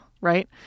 right